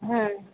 आं